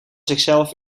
zichzelf